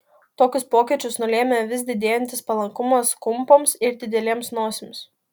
tokius pokyčius nulėmė vis didėjantis palankumas kumpoms ir didelėms nosims